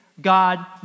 God